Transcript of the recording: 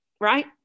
right